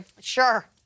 Sure